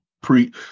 pre